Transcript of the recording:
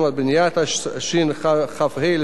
התשכ"ה 1965,